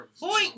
Boy